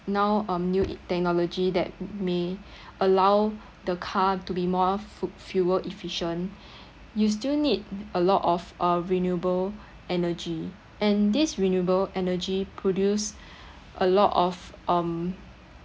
now um new e~ technology that may allow the car to be more fu~ fuel-efficient you still need a lot of uh renewable energy and this renewable energy produced a lot of um